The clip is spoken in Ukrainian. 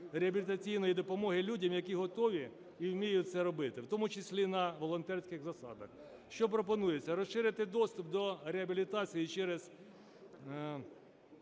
реабілітаційної допомоги людям, які готові і вміють це робити, в тому числі на волонтерських засадах. Що пропонується? Розширити доступ до реабілітації через